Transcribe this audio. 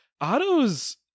Otto's